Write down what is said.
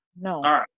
No